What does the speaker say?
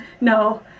No